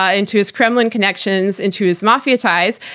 ah into his kremlin connections, into his mafia ties,